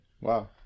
Wow